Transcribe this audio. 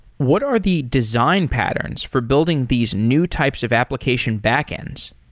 what are the design patterns for building these new types of application backends?